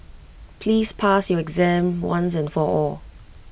please pass your exam once and for all